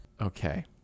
Okay